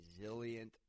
Resilient